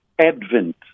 advent